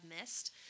missed